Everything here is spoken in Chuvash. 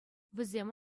вӗсем